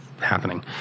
Happening